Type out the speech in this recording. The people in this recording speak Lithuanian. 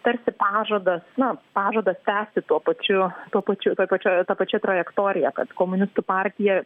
tarsi pažadas na pažadas tęsti tuo pačiu tuo pačiu toj pačioj ta pačia trajektorija kad komunistų partija